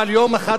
אבל יום אחד,